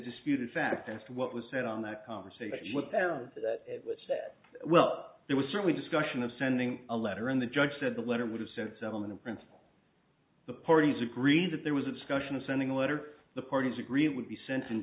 disputed fact asked what was said on that conversation what the hell it was that well there was certainly discussion of sending a letter and the judge said the letter would have said settlement in principle the parties agreed that there was a discussion of sending a letter the parties agree it would be sent and